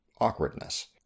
awkwardness